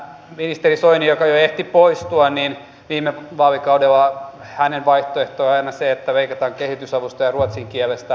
ministeri soinin joka jo ehti poistua vaihtoehto viime vaalikaudella oli aina se että leikataan kehitysavusta ja ruotsin kielestä